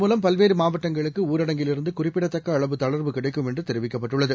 மூலம் பல்வேறுமாவட்டங்களுக்கு ஊரடங்கில் இருந்துகுறிப்பிடத்தக்கஅளவு தளர்வு இதன் கிடைக்கும் என்றுதெரிவிக்கப்பட்டுள்ளது